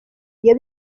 iyo